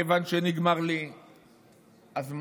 כיוון שנגמר לי הזמן,